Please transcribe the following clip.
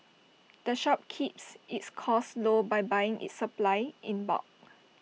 the shop keeps its costs low by buying its supplies in bulk